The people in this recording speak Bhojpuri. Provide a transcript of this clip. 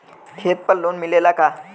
खेत पर लोन मिलेला का?